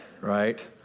right